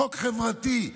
חוק חברתי,